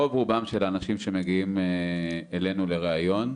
רוב רובם של האנשים שמגיעים אלינו לריאיון,